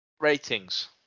Ratings